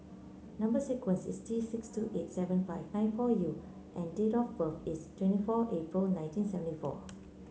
number sequence is T six two eight seven five nine four U and date of birth is twenty four April nineteen seventy four